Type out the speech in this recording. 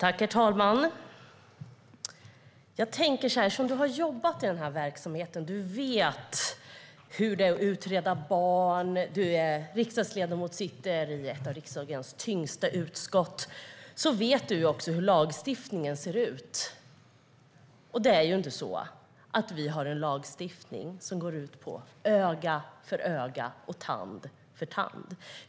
Herr talman! Eftersom du, Ellen Juntti, har jobbat i den här verksamheten vet du hur det är att utreda barn. Du är riksdagsledamot och sitter i ett av riksdagens tyngsta utskott. Då vet du också hur lagstiftningen ser ut. Vi har inte en lagstiftning som går ut på öga för öga, tand för tand.